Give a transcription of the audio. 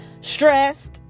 stressed